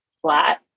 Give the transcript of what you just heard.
flat